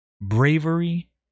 bravery